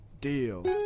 Deal